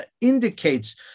indicates